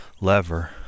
lever